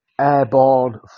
airborne